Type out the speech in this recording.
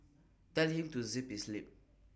tell him to zip his lip